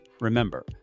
remember